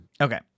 okay